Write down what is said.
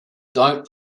don’t